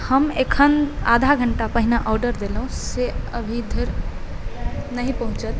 हम एखन आधा घंटा पहिने ऑर्डर देलहुॅं से अभी धरि नहि पहुँचल